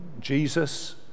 Jesus